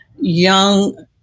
young